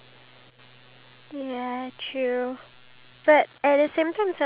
we need to include elevators even though it's like literally